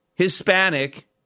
Hispanic